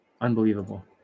unbelievable